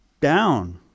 down